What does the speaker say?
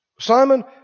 Simon